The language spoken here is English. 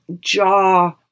jaw